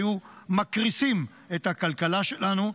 היו מקריסים את הכלכלה שלנו.